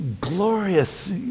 glorious